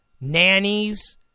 nannies